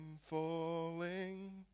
falling